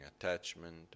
attachment